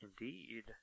Indeed